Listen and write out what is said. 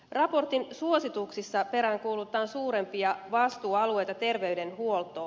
raportin suosituksissa peräänkuulutan suurempia vastuualueita terveydenhuoltoon